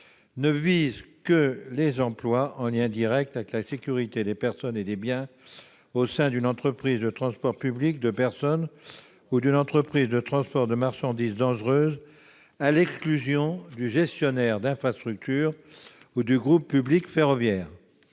ne vise que les emplois en lien direct avec la sécurité des personnes et des biens au sein d'une entreprise de transport public de personnes ou d'une entreprise de transport de marchandises dangereuses, à l'exclusion du gestionnaire d'infrastructure ou du groupe public ferroviaire.